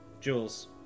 Jules